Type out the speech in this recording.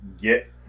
get